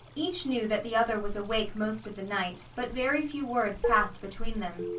each knew that the other was awake most of the night, but very few words passed between them.